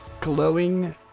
glowing